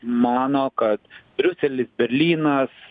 mano kad briuselis berlynas